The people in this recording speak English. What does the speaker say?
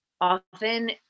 often